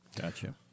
Gotcha